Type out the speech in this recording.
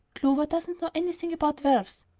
clover doesn't know anything about valves.